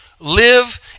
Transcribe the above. live